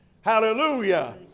Hallelujah